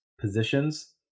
positions